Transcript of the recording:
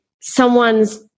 someone's